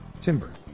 Timber